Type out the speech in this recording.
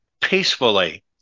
peacefully